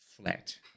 flat